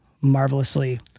marvelously